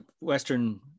western